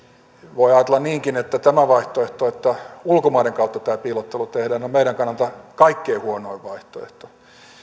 voi ajatella niinkin että tämä vaihtoehto että ulkomaiden kautta tämä piilottelu tehdään on meidän kannaltamme kaikkein huonoin vaihtoehto